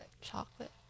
Chocolate